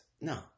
No